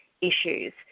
issues